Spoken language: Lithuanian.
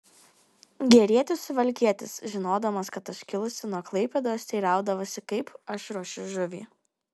gerietis suvalkietis žinodamas kad aš kilusi nuo klaipėdos teiraudavosi kaip aš ruošiu žuvį